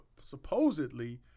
supposedly